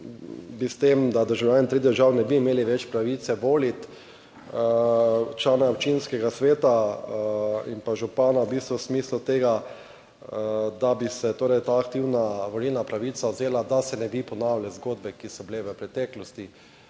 s tem, da državljani treh držav ne bi imeli več pravice voliti člana občinskega sveta in pa župana v bistvu v smislu tega, da bi se torej ta aktivna volilna pravica vzela, da se ne bi ponavljale zgodbe, ki so bile v preteklosti,